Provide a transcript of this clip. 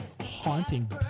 haunting